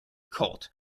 colt